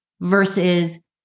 versus